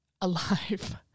alive